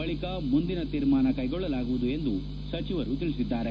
ಬಳಿಕ ಮುಂದಿನ ತೀರ್ಮಾನ ಕ್ಷೆಗೊಳ್ಳಲಾಗುವುದು ಎಂದು ಸಚಿವರು ತಿಳಿಸಿದ್ದಾರೆ